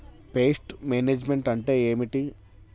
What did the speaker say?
Pest management అంటే ఏమిటి?